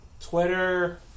Twitter